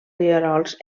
rierols